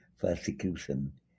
persecution